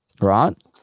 right